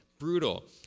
brutal